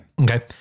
Okay